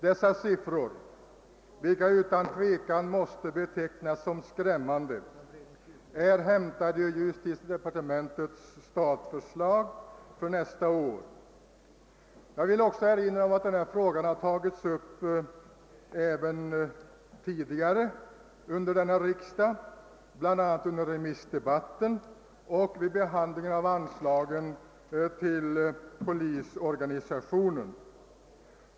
Dessa siffror, vilka utan tvekan måste betecknas som skrämmande, är hämtade ur justitiedepartementets statförslag för nästa år. Jag vill också erinra om att denna fråga tagits upp även tidigare under denna riksdag — bl.a. under remissdebatten och vid behandlingen av anslagen till polisorganisationen.